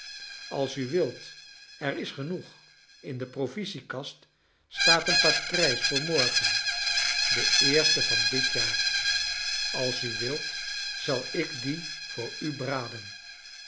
als u wilt er is genoeg in de provisiekast staat een patrijs voor morgen de eerste van dit jaar als u wilt zal ik dien voor u braden